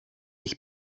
ich